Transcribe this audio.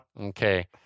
Okay